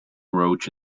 roach